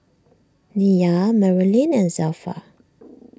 Nyah Maralyn and Zelpha